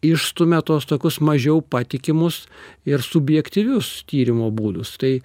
išstumia tuos tokius mažiau patikimus ir subjektyvius tyrimo būdus tai